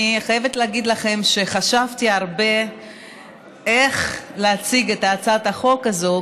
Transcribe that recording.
אני חייבת להגיד לכם שחשבתי הרבה על איך להציג את הצעת החוק הזו,